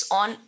on